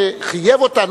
הישראלית,